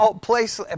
place